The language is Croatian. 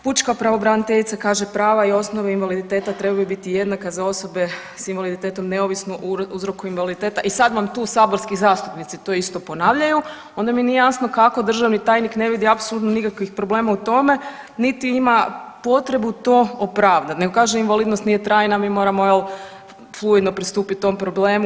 Pučka pravobraniteljica kaže prava i osnove invaliditeta trebaju biti jednaka za osobe s invaliditetom neovisno o uzroku invaliditeta i sad vam tu saborski zastupnici to isto ponavljaju onda mi nije jasno kako državni tajnik ne vidi apsolutni nikakvih problema u tome niti ima potrebu to opravdat nego kaže invalidnost nije trajno, mi moramo jel fluidno pristupiti tom problemu.